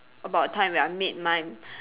about a time when I made my